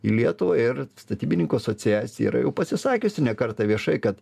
į lietuvą ir statybininkų asociacija yra pasisakiusi ne kartą viešai kad